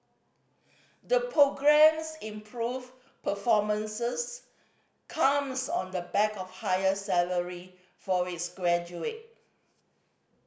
the programme's improved performances comes on the back of higher salary for its graduate